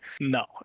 no